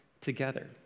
together